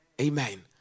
Amen